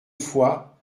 fois